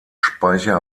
speicher